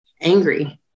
angry